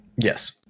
Yes